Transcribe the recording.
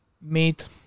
meet